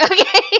Okay